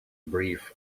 breathe